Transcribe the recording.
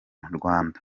rwanda